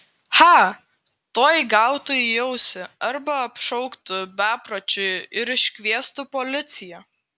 cha tuoj gautų į ausį arba apšauktų bepročiu ir iškviestų policiją